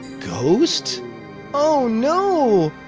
ghost oh, no!